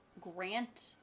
Grant